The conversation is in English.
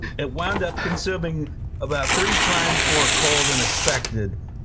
it wound up consuming about three times more coal than expected,